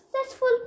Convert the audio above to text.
successful